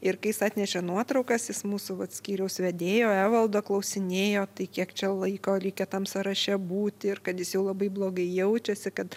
ir kai jis atnešė nuotraukas jis mūsų vat skyriaus vedėjo evaldo klausinėjo tai kiek čia laiko reikia tam sąraše būti ir kad jis jau labai blogai jaučiasi kad